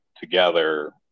together